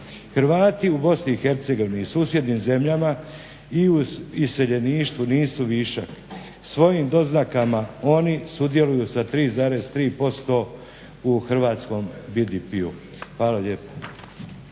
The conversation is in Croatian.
Hrvati u BiH i susjednim zemljama i u iseljeništvu nisu višak. Svojim doznakama oni sudjeluju sa 3,3% u hrvatskom BDP-u. Hvala lijepa.